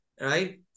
right